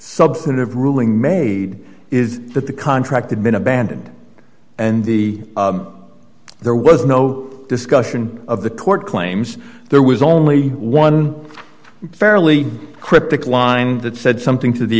substantive ruling made is that the contracted been abandoned and the there was no discussion of the court claims there was only one fairly cryptic line that said something to the